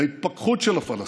להתפכחות של הפלסטינים,